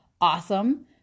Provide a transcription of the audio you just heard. awesome